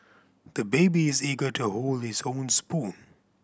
the baby is eager to hold his own spoon